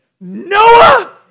Noah